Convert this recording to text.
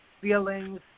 feelings